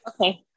okay